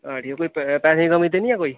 हां ठीक ऐ कोई पैसे दी कमी ते निं ऐ कोई